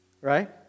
right